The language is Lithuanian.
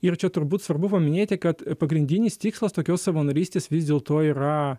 ir čia turbūt svarbu paminėti kad pagrindinis tikslas tokios savanorystės vis dėlto yra